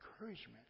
encouragement